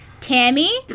Tammy